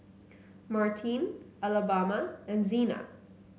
Martine Alabama and Zena